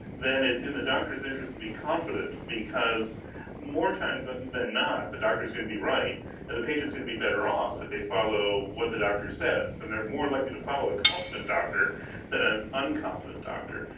then it's in the doctor's interest to be confident because more times than than not the doctor is going to be right and the patient is going to be better off if they follow what the doctor says. and they are more likely to follow a confident doctor than an unconfident doctor.